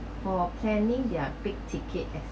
for planning their big ticket